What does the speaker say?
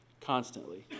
constantly